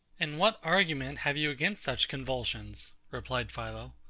and what argument have you against such convulsions? replied philo.